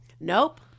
Nope